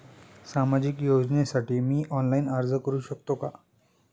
सामाजिक योजनेसाठी मी ऑनलाइन अर्ज करू शकतो का?